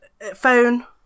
phone